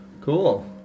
cool